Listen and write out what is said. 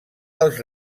als